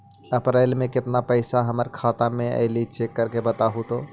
अप्रैल में केतना पैसा हमर खाता पर अएलो है चेक कर के बताहू तो?